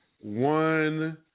one